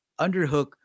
underhook